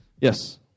Yes